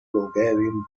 bulgarian